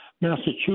Massachusetts